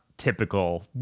typical